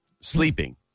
sleeping